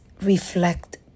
reflect